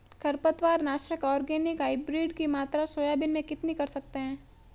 खरपतवार नाशक organic hybrid की मात्रा सोयाबीन में कितनी कर सकते हैं?